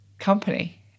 company